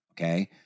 okay